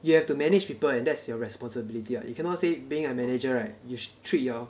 you have to manage people and that's your responsibility [what] you cannot say being a manager right you sh~ treat your